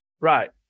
Right